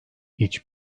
hiç